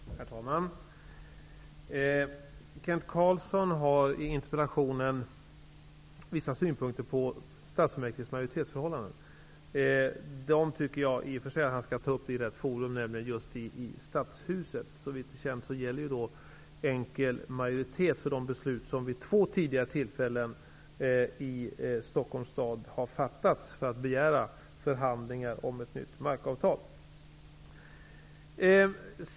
Herr talman! Kent Carlsson har i interpellationen vissa synpunkter på Stockholms stadsfullmäktiges majoritetsförhållanden. Dem tycker jag i och för sig att han skall ta upp i rätt forum, nämligen i Stadshuset. Såvitt är känt gäller enkel majoritet för de beslut som vid två tidigare tillfällen har fattats i Stockholms stad för att begära förhandlingar om ett nytt markavtal.